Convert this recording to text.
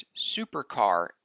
supercar